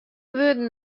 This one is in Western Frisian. wurden